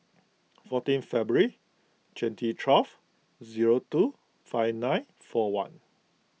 fourteen February twenty twelve zero two five nine four one